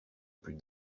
plus